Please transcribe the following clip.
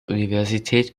universität